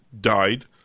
died